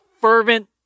fervent